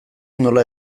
nola